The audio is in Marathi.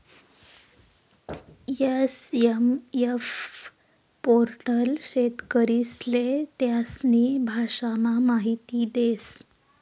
एस.एम.एफ पोर्टल शेतकरीस्ले त्यास्नी भाषामा माहिती देस